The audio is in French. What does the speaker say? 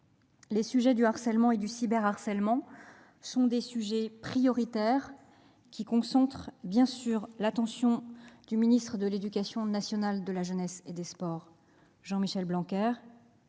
Le harcèlement et le cyberharcèlement sont des sujets prioritaires. Ils concentrent l'attention du ministre de l'éducation nationale, de la jeunesse et des sports, Jean-Michel Blanquer,